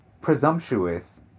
presumptuous